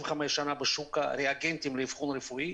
שנים בשוק הריאגנטים לאבחון רפואי,